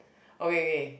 okay K